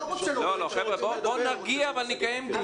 בואו נרגיע ונקיים דיון.